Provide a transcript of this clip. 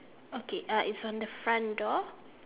okay uh it's on the front door